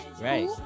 right